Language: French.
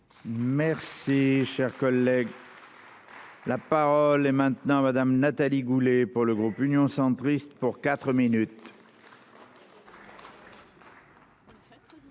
Merci cher collègue. La parole est maintenant madame Nathalie Goulet, pour le groupe Union centriste pour 4 minutes.